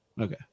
Okay